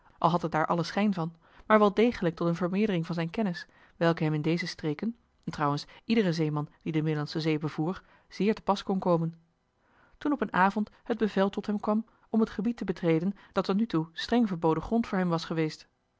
al had het daar allen schijn van maar wel degelijk tot een vermeerdering van zijn kennis welke hem in deze streken en trouwens iederen zeeman die de middellandsche zee bevoer zeer te pas kon komen toen op een avond het bevel tot hem kwam om het gebied te betreden dat tot nu toe streng verboden grond voor hem was geweest